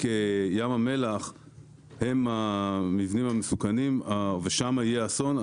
ים המלח הם המבנים המסוכנים ושם יהיה אסון,